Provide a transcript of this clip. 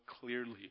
clearly